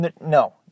No